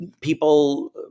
people